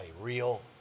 real